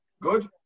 Good